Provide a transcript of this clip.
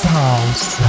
house